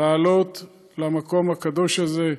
לעלות למקום הקדוש הזה,